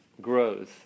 grows